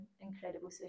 incredible